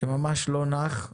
שממש לא נח.